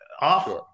off